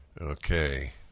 Okay